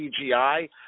CGI